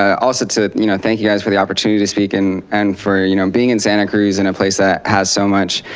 also to you know thank you guys for the opportunity to speak and and for you know, being in santa cruz, in a place that has so much